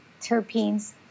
terpenes